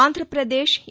Andhra Pradesh ఇ